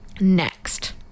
next